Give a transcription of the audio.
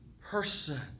person